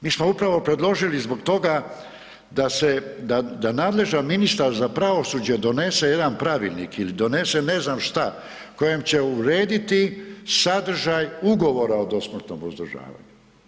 Mi smo upravo predložili zbog toga da se, da nadležan ministar za pravosuđe donese jedan pravilnik ili donese ne znam šta, kojim će urediti sadržaj ugovora o dosmrtnom uzdržavanju.